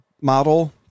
model